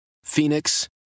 phoenix